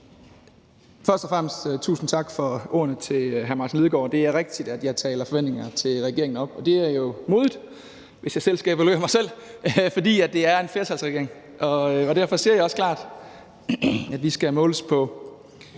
Først og fremmest tusind tak til hr. Martin Lidegaard for ordene. Det er rigtigt, at jeg taler forventningerne til regeringen op, og det er jo modigt, hvis jeg skal rose mig selv, fordi det er en flertalsregering. Derfor ser jeg også klart, at vi skal måles på